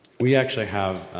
we actually have,